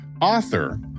author